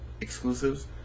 exclusives